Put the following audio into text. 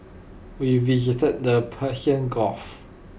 we visited the Persian gulf